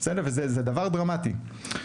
וזה דבר דרמטי.